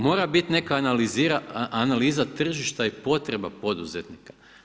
Mora biti neka analiza tržišta i potreba poduzetnika.